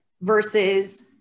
versus